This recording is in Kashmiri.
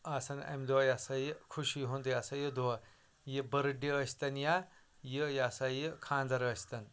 آسان اَمہِ دۄہ یہِ ہَسا یہِ خوشی ہُنٛد یہِ ہَسا یہِ دۄہ یہِ بٔرٕڑڈے ٲسۍ تَن یا یہِ یہ ہَسا یہِ خاندَر ٲسۍ تَن